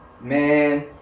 Man